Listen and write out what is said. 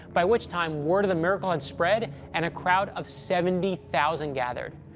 by which time word of the miracle had spread and a crowd of seventy thousand gathered.